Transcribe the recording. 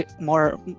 more